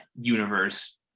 universe